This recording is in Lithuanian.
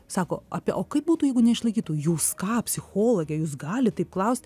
sako apie o kaip būtų jeigu neišlaikytų jūs ką psichologė jūs galit taip klaust